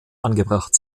angebracht